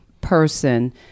person